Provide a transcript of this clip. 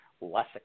less